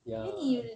ya